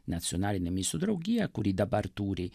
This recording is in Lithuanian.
nacionalinę misijų draugiją kuri dabar turi